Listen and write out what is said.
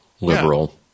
liberal